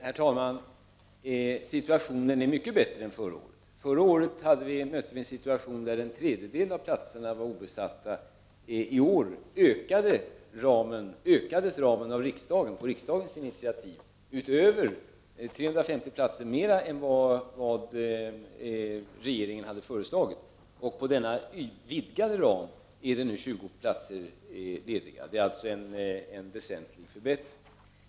Herr talman! Situationen är mycket bättre än förra året. Förra året hade vi en situation med en tredjedel av platserna obesatta. I år ökades ramen på riksdagens initiativ till att omfatta över 350 platser, vilket är mer än vad regeringen hade föreslagit. Inom denna vidgade ram finns nu 20 platser lediga. Det är alltså fråga om en väsentlig förbättring.